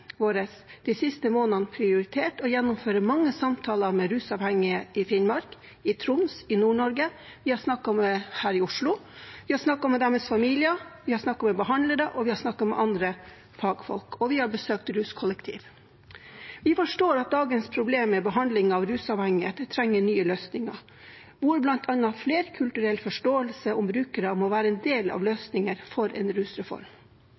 de siste månedene prioritert å gjennomføre mange samtaler med rusavhengige i Finnmark, i Troms – i Nord-Norge. Vi har snakket med dem her i Oslo, vi har snakket med deres familier, vi har snakket med behandlere, vi har snakket med andre fagfolk, og vi har besøkt ruskollektiv. Vi forstår at dagens problem med behandling av rusavhengige trenger nye løsninger, hvor bl.a. flerkulturell forståelse om brukerne må være en del av løsningen for en rusreform.